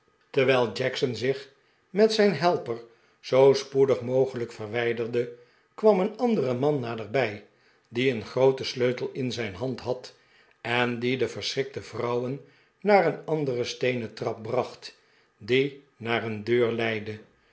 terwijl jackson zich met zijn helper zoo spoedig mogelijk verwijderde kwam een andere man naderbij die een grooten sleutel in zijn hand had en die de verschrikte vrouwen naar een andere steenen trap bracht die naar een deur leidde